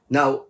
Now